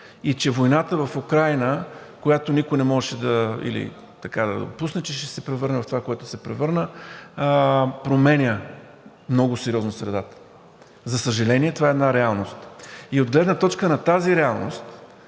и че войната в Украйна, която никой не можеше да допусне, че ще се превърне в това, в което се превърна, променя много сериозно средата. За съжаление, това е една реалност. И от гледна точка на тази реалност